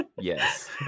yes